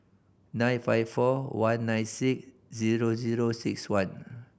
nine five four one nine six zero zero six one